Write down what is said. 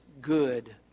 good